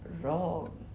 wrong